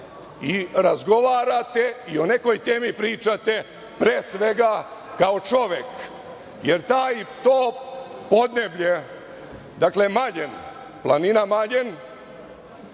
i razgovarate i o nekoj temi pričate pre svega kao čovek jer to podneblje, planina Maljen,